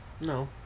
No